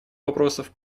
вопросов